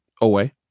away